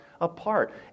apart